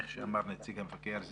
כמו שאמר נציג המבקר,